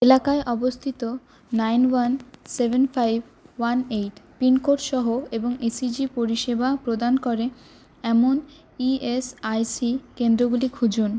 এলাকায় অবস্থিত nine one seven five one eight pincode সহ এবং ইসিজি পরিষেবা প্রদান করে এমন ইএসআইসি কেন্দ্রগুলো খুঁজুন